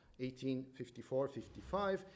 1854-55